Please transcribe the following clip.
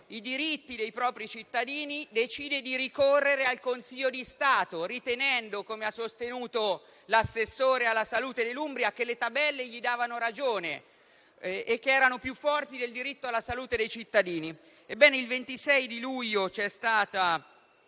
i diritti dei propri cittadini, decide di ricorrere al Consiglio di Stato, ritenendo, come ha sostenuto l'assessore alla salute dell'Umbria, che le tabelle gli davano ragione e che erano più forti del diritto alla salute dei cittadini. Il 26 luglio c'è stata